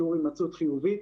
שיעור הימצאות חיובי,